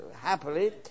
happily